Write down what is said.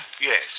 Yes